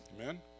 Amen